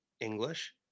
English